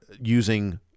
using